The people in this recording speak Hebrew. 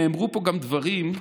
נאמרו פה גם דברים,